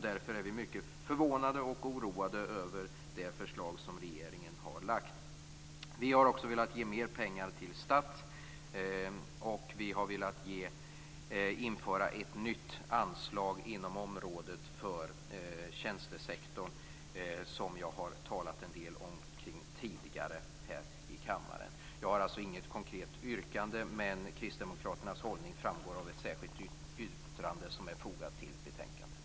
Därför är vi mycket förvånade och oroade över det förslag som regeringen har lagt fram. Vi har också velat ge mer pengar till STATT och införa ett nytt anslag inom området för tjänstesektorn, vilket jag har talat en del om tidigare här i kammaren. Jag har alltså inget konkret yrkande. Kristdemokraternas hållning framgår av ett särskilt yttrande som är fogat till betänkandet.